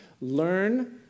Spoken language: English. Learn